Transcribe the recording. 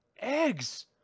Eggs